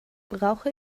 brauche